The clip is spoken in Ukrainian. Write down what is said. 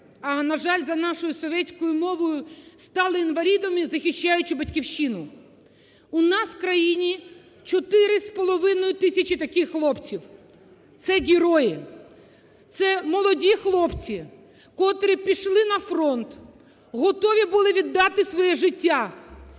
а на жаль, за нашою "совєцькою" мовою стали інвалідами, захищаючи Батьківщину. У нас в країні 4,5 тисячі таких хлопців. Це – герої, це – молоді хлопці, котрі пішли на фронт, готові були віддати своє життя